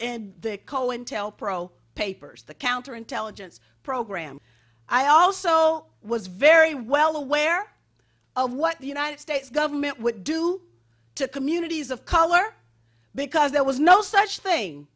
and the cointelpro papers the counter intelligence program i also was very well aware of what the united states government would do to communities of color because there was no such thing